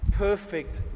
perfect